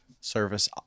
service